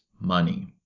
money